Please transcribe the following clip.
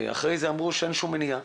ואמרו שאין כל מניעה.